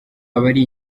abari